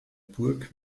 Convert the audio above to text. burg